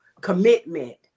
commitment